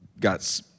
Got